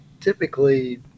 typically